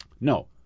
No